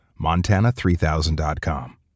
Montana3000.com